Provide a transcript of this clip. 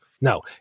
No